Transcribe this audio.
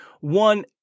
one